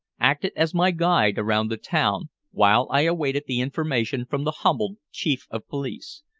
acted as my guide around the town, while i awaited the information from the humbled chief of police.